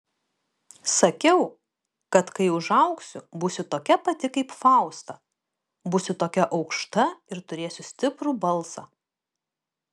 sakiau kad kai užaugsiu būsiu tokia pati kaip fausta būsiu tokia aukšta ir turėsiu stiprų balsą